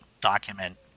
document